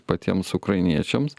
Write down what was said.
patiems ukrainiečiams